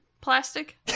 plastic